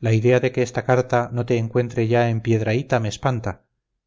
la idea de que esta carta no te encuentre ya en piedrahíta me espanta